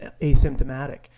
asymptomatic